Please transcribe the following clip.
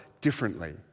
differently